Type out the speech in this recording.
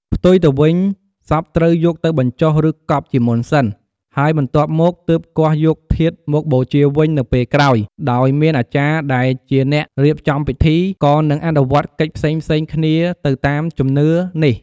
ផ្ទុយទៅវិញ សពត្រូវយកទៅបញ្ចុះ ឬកប់ ជាមុនសិន ហើយបន្ទាប់មកទើបគាស់យកធាតុមកបូជាវិញនៅពេលក្រោយ ដោយមានអាចារ្យដែលជាអ្នករៀបចំពិធី ក៏នឹងអនុវត្តកិច្ចផ្សេងៗគ្នាទៅតាមជំនឿនេះ។